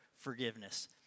forgiveness